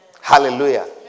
Hallelujah